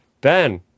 Ben